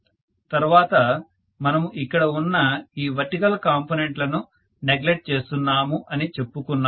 తర్వాత మనము ఇక్కడ ఉన్న ఈ వర్టికల్ కాంపొనెంట్ లను నెగ్లెక్ట్ చేస్తున్నాము అని చెప్పుకున్నాము